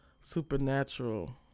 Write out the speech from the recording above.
supernatural